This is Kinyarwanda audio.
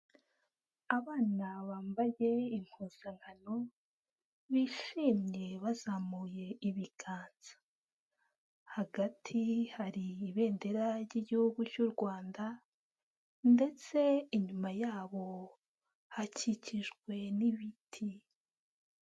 Abana bambaye impuzankano, bishimye bazamuye ibiganza, hagati hari Ibendera ry'Igihugu cy'u Rwanda ndetse inyuma yabo hakikijwe n'ibiti.